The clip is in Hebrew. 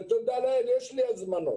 תודה לאל, יש לי הזמנות